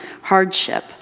hardship